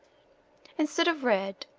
instead of red,